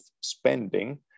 spending